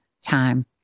time